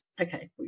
Okay